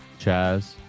Chaz